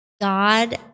God